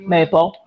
Maple